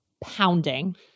pounding